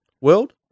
World